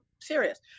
serious